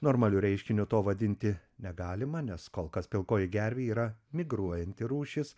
normaliu reiškiniu to vadinti negalima nes kol kas pilkoji gervė yra migruojanti rūšis